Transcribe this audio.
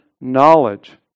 knowledge